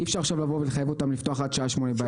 אי אפשר עכשיו לחייב אותם לפתוח עד השעה שמונה בערב.